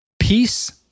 peace